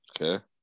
Okay